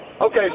Okay